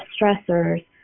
stressors